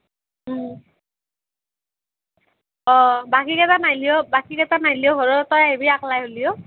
অঁ বাকীকেইটাত নাহিলেও বাকীকেইটাত নাহিলেও হ'লেও তই আহিবি একলা হ'লেও